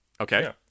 Okay